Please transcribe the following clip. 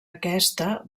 aquesta